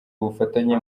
ubufatanye